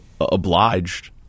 obliged